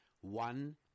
One